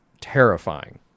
terrifying